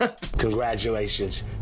congratulations